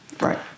right